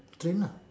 train lah